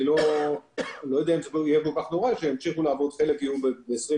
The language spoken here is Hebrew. אני לא יודע אם יהיה כל כך נורא שחלק יהיו נוכחים בדיון,